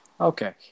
Okay